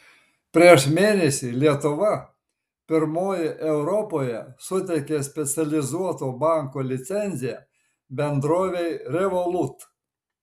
prieš mėnesį lietuva pirmoji europoje suteikė specializuoto banko licenciją bendrovei revolut